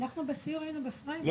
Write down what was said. מכירים את זה?